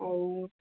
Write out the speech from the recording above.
ଆଉ